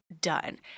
done